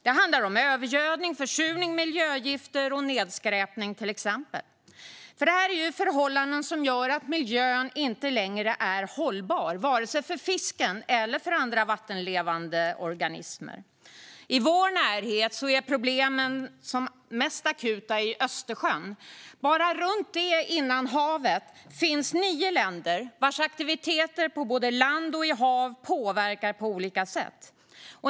Det handlar om till exempel övergödning, försurning, miljögifter och nedskräpning. Det är förhållanden som gör att miljön inte längre är hållbar för vare sig fisk eller andra vattenlevande organismer. I vår närhet är problemen som mest akuta i Östersjön. Bara runt detta innanhav finns nio länder vars aktiviteter på land och i hav påverkar på olika sätt.